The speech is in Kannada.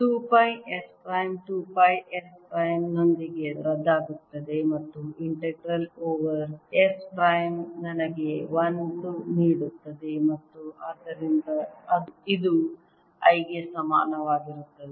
2 pi S prime 2 pi S prime ನೊಂದಿಗೆ ರದ್ದಾಗುತ್ತದೆ ಮತ್ತು integral over over S prime ನನಗೆ 1 ನೀಡುತ್ತದೆ ಮತ್ತು ಆದ್ದರಿಂದ ಇದು I ಗೆ ಸಮಾನವಾಗಿರುತ್ತದೆ